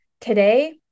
today